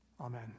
Amen